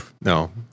no